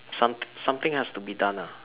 some something has to be done ah